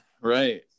Right